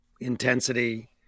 intensity